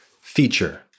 feature